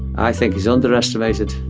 i think he's underestimated.